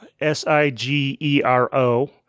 S-I-G-E-R-O